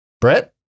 Brett